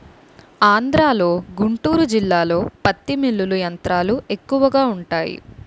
ఆంధ్రలో గుంటూరు జిల్లాలో పత్తి మిల్లులు యంత్రాలు ఎక్కువగా వుంటాయి